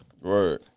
right